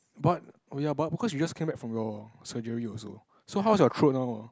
but oh ya but of course he just came back from your surgery also so how is the code now